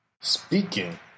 speaking